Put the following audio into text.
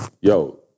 yo